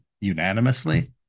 unanimously